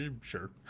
sure